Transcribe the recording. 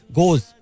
goes. (